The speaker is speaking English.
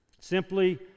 Simply